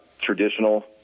traditional